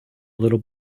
little